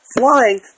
flying